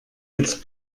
jetzt